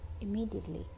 immediately